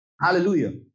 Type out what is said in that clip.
Hallelujah